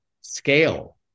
scale